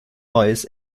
neues